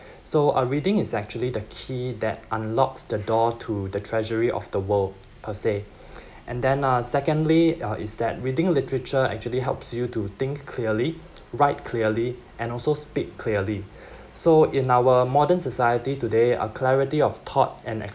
so uh reading is actually the key that unlocks the door to the treasury of the world per se and then uh secondly uh is that reading literature actually helps you to think clearly write clearly and also speak clearly so in our modern society today our clarity of thought and